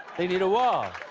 they need a wall.